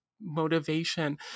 motivation